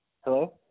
Hello